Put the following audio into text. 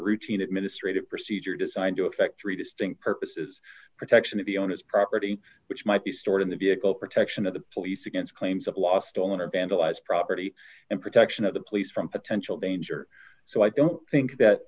routine administrative procedure designed to affect three distinct purposes protection of the owner's property which might be stored in the vehicle protection of the police against claims of lost owner vandalized property and protection of the police from potential danger so i don't think